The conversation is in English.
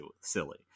silly